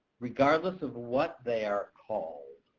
regardless of what they are called,